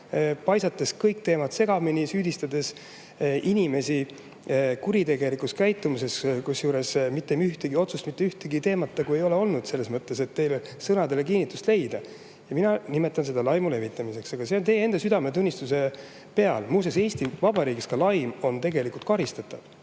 paisates kõik teemad segamini, süüdistades inimesi kuritegelikus käitumises. Kusjuures mitte ühtegi sellist otsust, mitte ühtegi teemat ei ole olnud, et teie sõnadele kinnitust leida. Mina nimetan seda laimu levitamiseks, aga see on teie enda südametunnistusel. Muuseas, Eesti Vabariigis on ka laim karistatav.